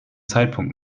zeitpunkt